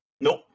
Nope